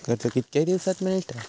कर्ज कितक्या दिवसात मेळता?